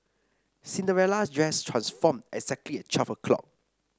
Cinderella's dress transformed exactly at twelve o'clock